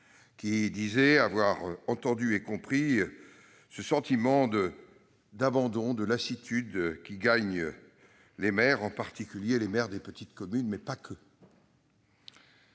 qui disaient avoir entendu et compris ce sentiment d'abandon et de lassitude qui gagne les maires, en particulier ceux des petites communes, mais pas qu'eux.